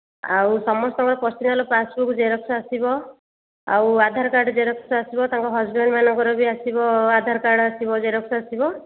ଆଉ ସମସ୍ତଙ୍କ personal passbook xerox ଆସିବ ଆଉ ଆଧାର କାର୍ଡ୍ ଜେରକ୍ସ ଆସିବ ତାଙ୍କ ହଜ୍ବେଣ୍ଡ୍ମାନଙ୍କର ବି ଆସିବ ଆଧାର କାର୍ଡ୍ ଆସିବ ଜେରକ୍ସ ଆସିବ